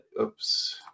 oops